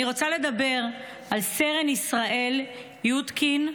אני רוצה לדבר על סרן ישראל יודקין,